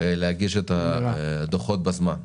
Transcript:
להגיש את הדוחות בזמן.